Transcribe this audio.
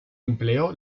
empleó